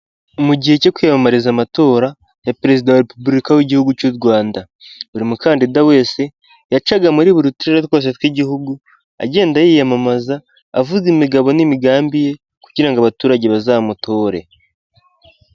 Mu gihe cyo kwiyamamariza amatora ya perezida wa repubulika w'igihugu cy'u Rwanda, buri mukandida wese yacaga muri buri turere twose tw'igihugu agenda yiyamamaza avuga imigabo n'imigambi ye kugira ngo abaturage bazamutore.